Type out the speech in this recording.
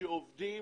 שעובדים